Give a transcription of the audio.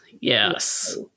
Yes